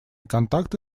контакты